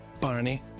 Barney